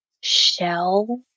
shell